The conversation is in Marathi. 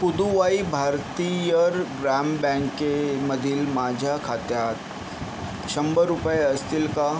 पुदुवाई भारतीयर ग्राम बँकेमधील माझ्या खात्यात शंभर रुपये असतील का